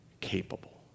capable